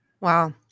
Wow